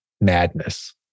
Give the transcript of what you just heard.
madness